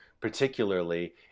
particularly